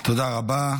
תודה רבה.